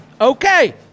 Okay